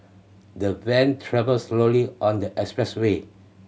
the van travelled slowly on the expressway